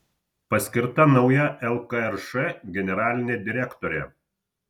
paskirta nauja lkrš generalinė direktorė